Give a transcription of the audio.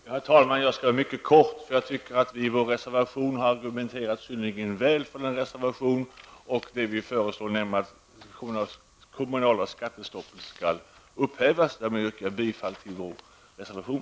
Herr talman! Jag skall fatta mig helt kort, eftersom vi i vår reservation framför synnerligen väl underbyggda argument för vårt förslag om att det kommunala skattestoppet skall upphävas. Därmed yrkar jag bifall till vår reservation.